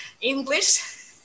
English